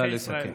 נא לסכם.